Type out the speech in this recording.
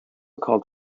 called